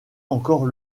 encore